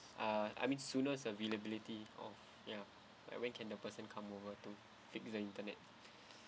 ah I mean soonest availability of ya like when can the person come over to fix the internet